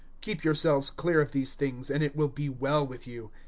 keep yourselves clear of these things, and it will be well with you.